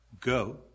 Go